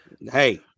Hey